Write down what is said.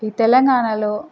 ఈ తెలంగాణలో